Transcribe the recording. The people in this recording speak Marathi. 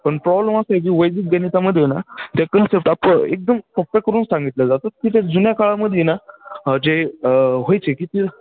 पण प्रॉब्लम असा आहे की वैदिक गणितामध्ये ना त्या कन्सेप्ट आप एकदम सोप्या करून सांगितल्या जातात की त्या जुन्या काळामध्ये आहे ना जे व्हायचे की ती